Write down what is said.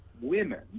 women